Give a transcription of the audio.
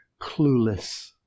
clueless